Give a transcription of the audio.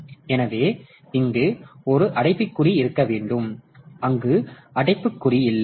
எனவே இங்கே ஒரு அடைப்புக்குறி இருக்க வேண்டும் அங்கு அடைப்புக்குறி இல்லை